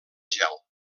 gel